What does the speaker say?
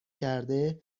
کرده